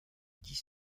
dix